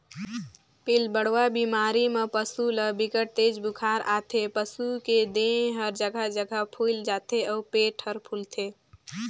पिलबढ़वा बेमारी म पसू ल बिकट तेज बुखार आथे, पसू के देह हर जघा जघा फुईल जाथे अउ पेट हर फूलथे